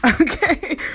okay